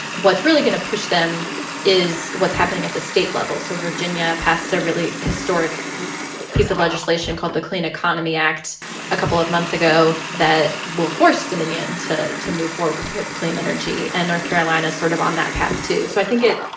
what's really going to push them is what's happening at the state level. so virginia passed a really historic piece of legislation called the clean economy act a couple of months ago that will force dominion to to move forward with clean energy. and north carolina sort of on that path, too. so i think that,